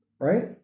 Right